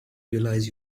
realize